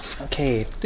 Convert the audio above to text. Okay